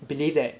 believe that